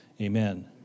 Amen